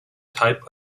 type